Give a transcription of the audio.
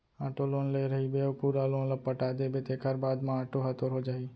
auto loan ले रहिबे अउ पूरा लोन ल पटा देबे तेखर बाद म आटो ह तोर हो जाही